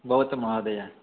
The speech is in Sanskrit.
भवतु महोदय